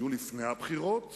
היו לפני הבחירות